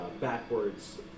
backwards